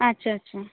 আচ্ছা আচ্ছা